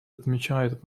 отмечают